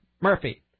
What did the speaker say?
Murphy